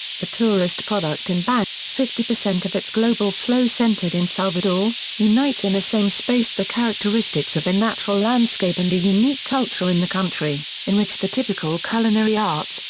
the tourist product in bahia, fifty percent of its global flow centered in salvador, unites in a same space the characteristics of a natural landscape and a unique culture in the country, in which the typical culinary arts,